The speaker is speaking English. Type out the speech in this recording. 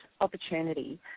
opportunity